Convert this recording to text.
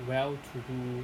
well to do